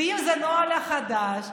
ואם זה נוהל חדש,